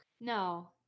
no